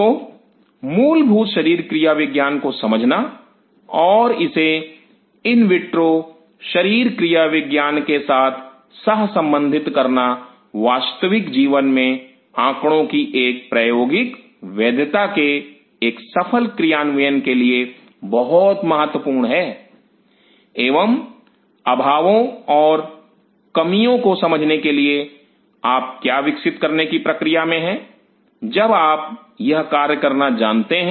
तो मूलभूत शरीर क्रियाविज्ञान को समझना और इसे इन विट्रो शरीर क्रियाविज्ञान के साथ सहसंबंधित करना वास्तविक जीवन में आंकड़ों की एक प्रायोगिक वैधता के एक सफल क्रियान्वयन के लिए बहुत महत्वपूर्ण है एवं अभावों और कमियों को समझने के लिए आप क्या विकसित करने की प्रक्रिया में है जब आप यह कार्य करना जानते हैं